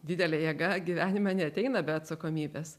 didelė jėga gyvenime neateina be atsakomybės